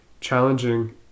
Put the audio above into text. challenging